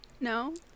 No